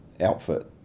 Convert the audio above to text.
outfit